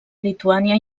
lituània